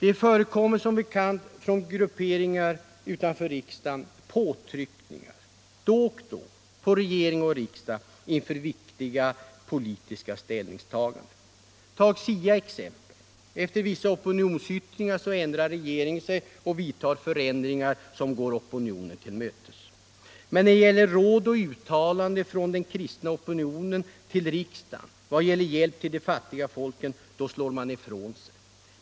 Inför viktiga politiska ställningstaganden förekommer det påtryckningar då och då på regering och riksdag från grupperingar utanför riksdagen. Tag exempelvis SIA. Efter vissa opinionsyttringar ändrar regeringen sig och vidtager förändringar som går opinionen till mötes. Men när det gäller råd och uttalanden från den kristna opinionen till riksdagen om hjälp till de fattiga folken slår man ifrån sig.